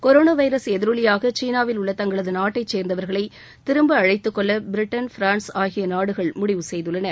corona virus எதிரொலியாக சீனாவில் உள்ள தங்களது நாட்டை சேர்ந்தவர்களை திரும்ப அழைத்துக் கொள்ள பிரிட்டன் பிரான்ஸ் ஆகிய நாடுகள் முடிவு செய்துள்ளன